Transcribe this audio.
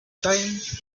times